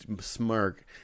smirk